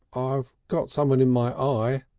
i've got someone in my eye,